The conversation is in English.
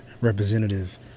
representative